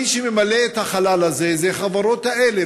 מי שממלא את החלל הזה זה החברות האלה,